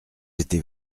été